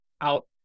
out